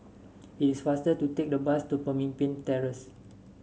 it is faster to take the bus to Pemimpin Terrace